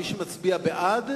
מי שמצביע בעד,